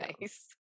nice